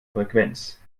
frequenz